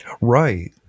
Right